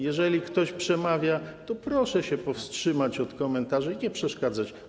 Jeżeli ktoś przemawia, to proszę się powstrzymać od komentarzy, nie przeszkadzać.